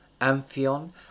Amphion